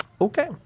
Okay